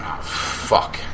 fuck